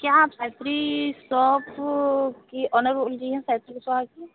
क्या आप सॉप की ऑनर बोल रहीं हैं सॉप की